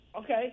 Okay